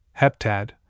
heptad